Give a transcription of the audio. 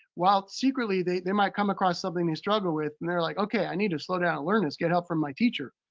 while, secretly, they they might come across something they struggle with and they're like, okay, i need to slow down and learn this, get help from my teacher.